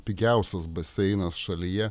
pigiausias baseinas šalyje